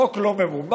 החוק לא ממומש,